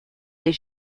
des